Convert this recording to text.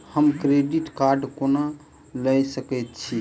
हम credit card कोना लऽ सकै छी?